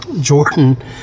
Jordan